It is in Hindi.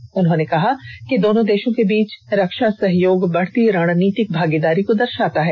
श्री मोदी ने कहा कि दोनों देशों के बीच रक्षा सहयोग बढती रणनीतिक भागीदारी को दर्शाता है